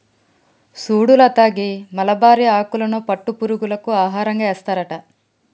సుడు లత గీ మలబరి ఆకులను పట్టు పురుగులకు ఆహారంగా ఏస్తారట